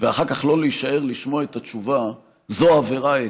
ואחר כך לא להישאר לשמוע את התשובה זה עבירה אתית,